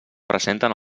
presenten